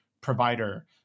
provider